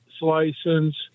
license